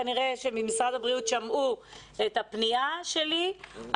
כנראה שבמשרד הבריאות שמעו את הפנייה שלי,